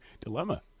dilemma